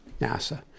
nasa